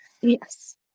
Yes